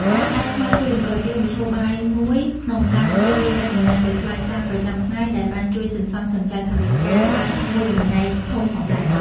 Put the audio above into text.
ការដើរថ្មើរជើងក៏ជាមធ្យោបាយមួយក្នុងការជៀសវាងការចំណាយលើថ្លៃសាំងប្រចាំថ្ងៃដែលបានជួយសន្សំសំចៃថវិកាបានមួយចំណែកធំផងដែរ។